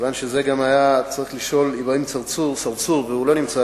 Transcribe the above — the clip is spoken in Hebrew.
כיוון שאת זה היה צריך לשאול גם חבר הכנסת אברהים צרצור והוא לא נמצא,